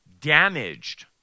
damaged